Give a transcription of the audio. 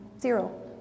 Zero